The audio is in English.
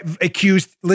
accused